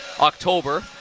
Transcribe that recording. October